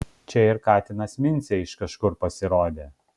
čia ir katinas mincė iš kažkur pasirodė